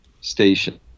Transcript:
station